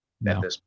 No